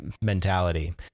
mentality